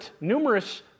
numerous